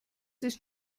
ist